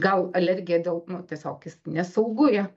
gal alergija dėl nu tiesiog jis nesaugu ja